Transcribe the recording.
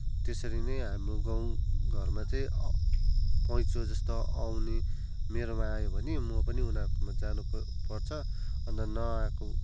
त्यसरी नै हाम्रो गाउँघरमा चाहिँ पैँचो जस्तो आउने मेरोमा आयो भने म पनि उनीहरूकोमा जानुपर्छ अन्त नआएको